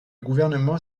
gouvernement